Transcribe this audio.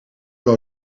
een